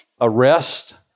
arrest